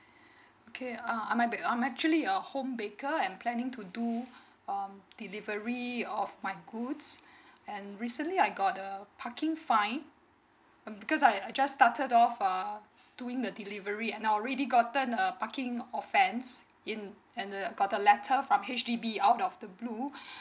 okay um I'm actually a home baker and planning to do um delivery of my goods and recently I got the parking fine because I I just started off um doing the delivery and now already gotten a parking offence in um and the got a letter from H_D_B out of the blue